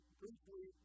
briefly